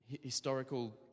historical